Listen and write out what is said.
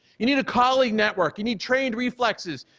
you need a colleague network, you need trained reflexes,